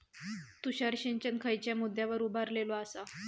तुषार सिंचन खयच्या मुद्द्यांवर उभारलेलो आसा?